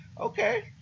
Okay